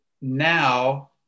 now